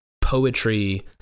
poetry